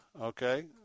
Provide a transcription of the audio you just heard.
okay